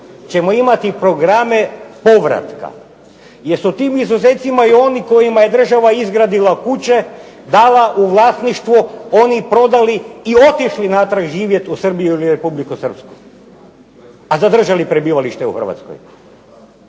ćemo imati programe povratka. Jer su tim izuzecima i oni kojima je država izgradila kuće, dala u vlasništvo oni prodali i otišli natrag živjeti u Srbiju ili Republiku Srpsku a zadržali prebivalište u Hrvatskoj.